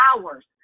hours